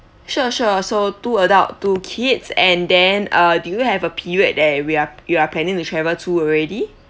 sure sure so two adult two kids and then uh do you have a period that where you are planning to travel to already